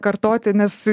kartoti nes